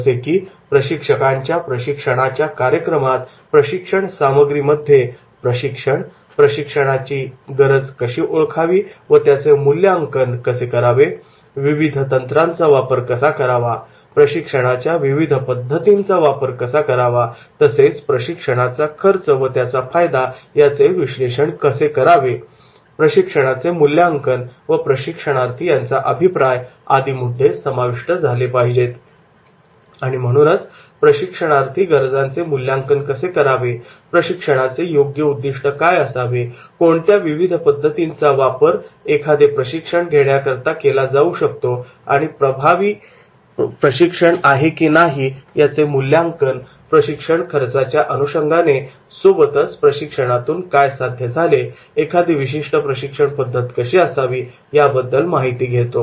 जसे की प्रशिक्षकांच्या प्रशिक्षणाच्या कार्यक्रमात प्रशिक्षण सामग्रीमध्ये प्रशिक्षण प्रशिक्षणाची गरज कशी ओळखावी व त्याचे मूल्यांकन कसे करावे विविध तंत्रांचा वापर कसा करावा प्रशिक्षणाच्या विविध पद्धतींचा वापर कसा करावा तसेच प्रशिक्षणाचा खर्च व त्याचा फायदा याचे विश्लेषण कसे करावे प्रशिक्षणाचे मूल्यांकन आणि प्रशिक्षणार्थी यांचा अभिप्राय आदी मुद्दे समाविष्ट झाले पाहिजेत आणि म्हणूनच प्रशिक्षणार्थी गरजांचे मूल्यांकन कसे करावे प्रशिक्षणाचे योग्य उद्दिष्ट काय असावे कोणत्या विविध पद्धतीचा वापर एखादे प्रशिक्षण घेण्याकरता केला जाऊ शकतो प्रशिक्षण प्रभावी आहे की नाही याचे मूल्यांकन प्रशिक्षण खर्चाच्या अनुषंगाने सोबतच प्रशिक्षणातून काय साध्य झाले एखादी विशिष्ट प्रशिक्षण पद्धत कशी घ्यावी याबद्दल माहिती घेतो